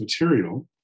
material